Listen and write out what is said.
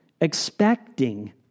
expecting